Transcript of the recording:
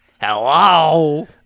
Hello